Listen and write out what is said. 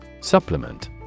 Supplement